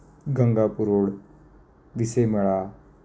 Gangapur road भिसे मळा